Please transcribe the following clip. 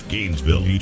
Gainesville